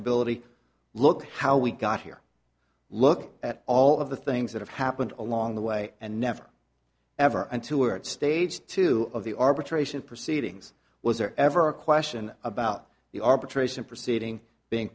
privilege look how we got here look at all of the things that have happened along the way and never ever and toured stage two of the arbitration proceedings was there ever a question about the arbitration proceeding being